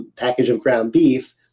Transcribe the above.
package of ground beef,